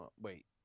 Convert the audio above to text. wait